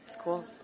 cool